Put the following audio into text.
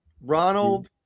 Ronald